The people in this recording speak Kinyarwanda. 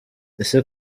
ese